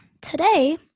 today